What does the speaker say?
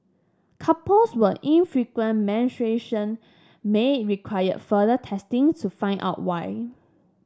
couples with infrequent menstruation may require further testing to find out why